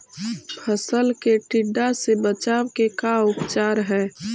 फ़सल के टिड्डा से बचाव के का उपचार है?